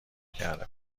کرده